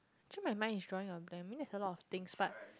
actually my mind is drawing a blank maybe there's a lot of things but